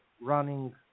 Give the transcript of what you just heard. running